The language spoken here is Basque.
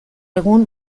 egun